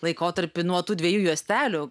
laikotarpį nuo tų dviejų juostelių